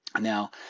Now